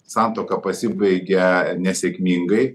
santuoka pasibaigė nesėkmingai